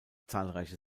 zahlreiche